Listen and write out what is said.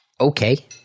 Okay